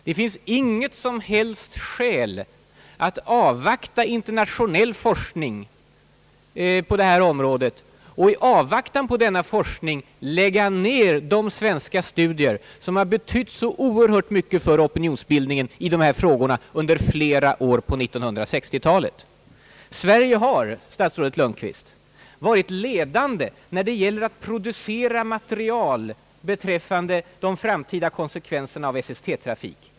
Det finns därför inga som helst skäl att bara avvakta den internationella forskningen och under tiden lägga ner de svenska studier, som har betytt så oerhört mycket på 1960-talet för opinionsbildningen i de här frågorna. Sverige har delvis varit ledande när det gäller att producera material beträffande de framtida konsekvenserna av SST-trafik.